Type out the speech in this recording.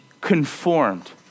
conformed